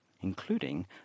including